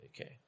Okay